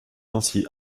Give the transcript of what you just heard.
ainsi